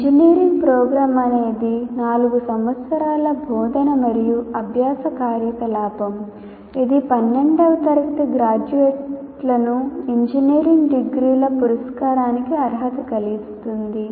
engineering program అనేది నాలుగు సంవత్సరాల బోధన మరియు అభ్యాస కార్యకలాపం ఇది 12 వ తరగతి గ్రాడ్యుయేట్లను ఇంజనీరింగ్ డిగ్రీల పురస్కారానికి అర్హత కలిగిస్తుంది